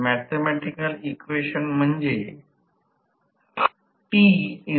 तर याचा अर्थ असा नाहे की या आर 2 पासून from एस या सर्किट मधून r2 द्वारा S केवळ r2 r2 1S 1